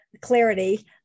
clarity